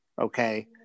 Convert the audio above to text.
Okay